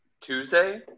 Tuesday